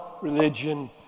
religion